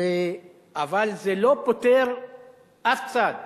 אבל זה לא פוטר אף צד